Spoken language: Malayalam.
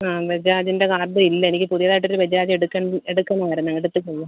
ആ ബജാജിന്റെ കാർഡ് ഇല്ല എനിക്ക് പുതിയതായിട്ടൊരു ബജാജ് എടുക്ക് എടുക്കണമായിരുന്നു എടുത്തിട്ടില്ല